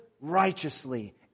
righteously